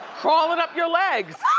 crawling up your legs.